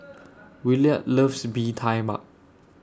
Williard loves Bee Tai Mak